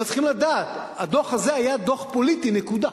אבל צריכים לדעת, הדוח הזה היה דוח פוליטי, נקודה.